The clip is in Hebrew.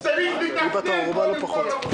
לא.